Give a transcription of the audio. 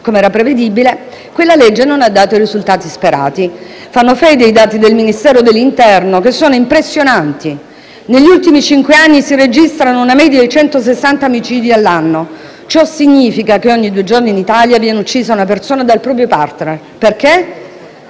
Come era prevedibile, quella legge non ha dato i risultati sperati. Fanno fede i dati del Ministero dell'interno che sono impressionanti: negli ultimi cinque anni si registrano una media di 160 omicidi all'anno, ciò significa che ogni due giorni in Italia viene uccisa una persona dal proprio *partner*. Perché?